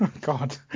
God